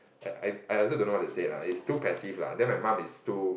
I I I also don't know what to say lah is like too passive lah then my mum is too